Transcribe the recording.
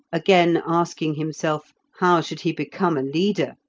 again asking himself how should he become a leader,